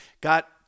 got